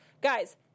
guys